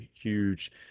huge